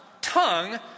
tongue